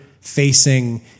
facing